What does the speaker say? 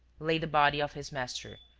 lay the body of his master,